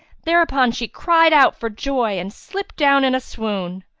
thereupon she cried out for joy and slipped down in a swoon